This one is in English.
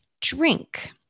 drink